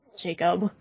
Jacob